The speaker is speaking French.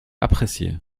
apprécié